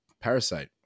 Parasite